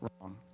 wrong